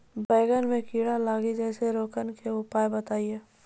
बैंगन मे कीड़ा लागि जैसे रोकने के उपाय बताइए?